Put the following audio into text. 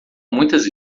muitas